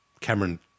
Cameron